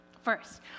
First